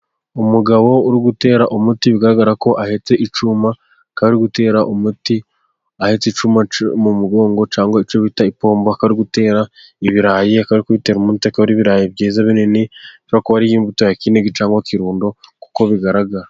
Umugabo uri gutera umuti bigaragarako ahetse icyuma akaba ari gutera umuti, ahetse icyuma mu mugongo cyangwa icyo bita ipombo. Akaba ari gutera ibirayi akaba ari kubitera umuti ibirayi byiza binini, bishobora kuba ari iyi mbuto ya Kinigi cyangwa Kirundo nk'uko bigaragara.